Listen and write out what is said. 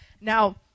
Now